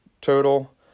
total